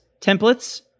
templates